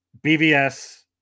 BVS